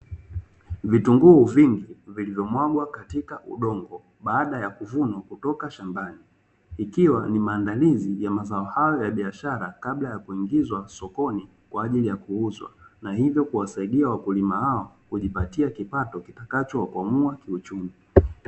Vitunguu vingi vilivyomwagwa katika udongo baada ya kuvunwa kutoka shambani, ikiwa ni maandalizi ya mazao hayo ya biashara kabla ya kwenda sokoni kwa ajili ya kuuzwa. Na hivyo kuwasaidia wakulima hao kujipatia kipato kitakachowakwamua kiuchumi .